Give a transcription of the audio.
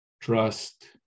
trust